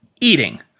eating